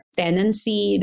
tenancy